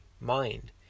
mind